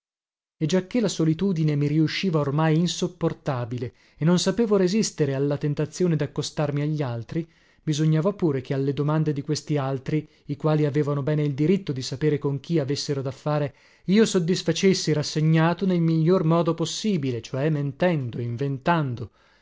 e giacché la solitudine mi riusciva ormai insopportabile e non sapevo resistere alla tentazione daccostarmi a gli altri bisognava pure che alle domande di questi altri i quali avevano bene il diritto di sapere con chi avessero da fare io soddisfacessi rassegnato nel miglior modo possibile cioè mentendo inventando